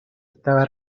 estaba